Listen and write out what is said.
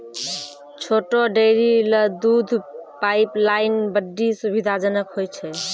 छोटो डेयरी ल दूध पाइपलाइन बड्डी सुविधाजनक होय छै